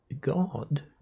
God